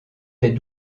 des